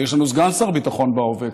ויש לנו סגן שר ביטחון בהווה,